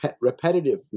repetitive